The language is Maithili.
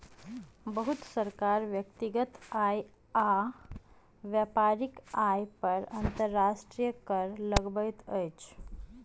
बहुत सरकार व्यक्तिगत आय आ व्यापारिक आय पर अंतर्राष्ट्रीय कर लगबैत अछि